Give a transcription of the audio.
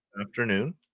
afternoon